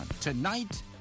Tonight